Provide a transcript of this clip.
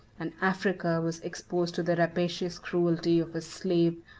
and africa was exposed to the rapacious cruelty of a slave,